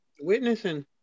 Witnessing